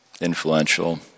influential